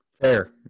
Fair